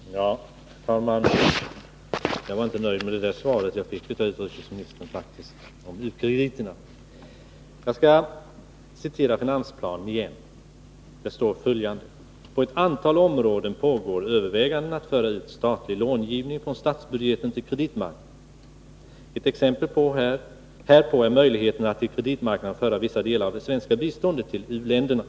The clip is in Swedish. Herr talman! Jag var faktiskt inte nöjd med det svar jag fick av utrikesministern om u-krediter. Jag skall citera den reviderade finansplanen igen. Där står följande: ”På ett antal områden pågår överväganden att föra ut statlig långivning från statsbudgeten till kreditmarknaden. Ett exempel härpå är möjligheten att till kreditmarknaden föra vissa delar av det svenska biståndet till u-länderna.